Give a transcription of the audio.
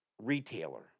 retailer